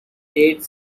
late